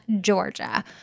georgia